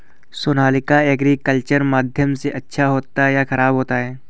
Sonalika agriculture माध्यम से अच्छा होता है या ख़राब होता है?